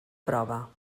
prova